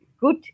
good